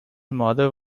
mother